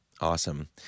Awesome